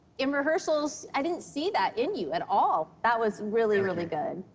in rehearsals, i didn't see that in you at all. that was really, really good.